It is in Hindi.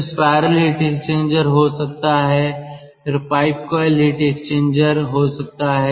फिर स्पाइरल हीट एक्सचेंजर हो सकता है फिर पाइप कॉइल हीट एक्सचेंजर हो सकता है